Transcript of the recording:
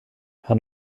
han